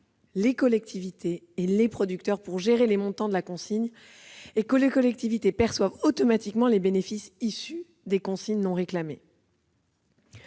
les collectivités et les producteurs pour gérer les montants des consignes. Il est également prévu que les collectivités perçoivent automatiquement les bénéfices issus des consignes non réclamées.